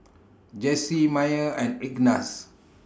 Jessy Myer and Ignatz